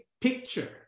picture